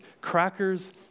crackers